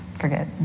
forget